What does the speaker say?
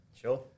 Sure